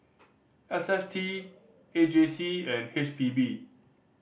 S S T A J C and H P B